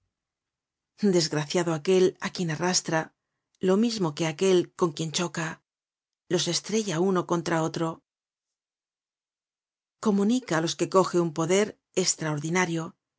desgraciado aquel á quien arrastra lo mismo que aquel con quien choca los estrella uno contra otro comunica á los que coge un poder estraordinario